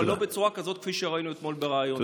אבל לא בצורה כזו כפי שראינו אתמול בריאיון.